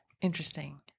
Interesting